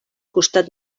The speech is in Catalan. costat